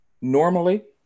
normally